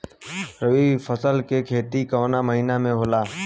रवि फसल के खेती कवना महीना में होला?